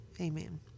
Amen